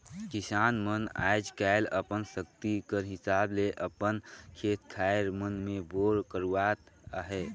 किसान मन आएज काएल अपन सकती कर हिसाब ले अपन खेत खाएर मन मे बोर करवात अहे